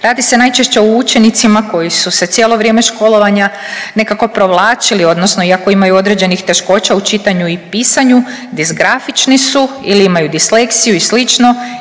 Radi se najčešće o učenicima koji su se cijelo vrijeme školovanja nekako provlačili, odnosno iako imaju određenih teškoća u čitanju i pisanju, disgrafični su ili imaju disleksiju i